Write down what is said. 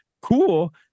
cool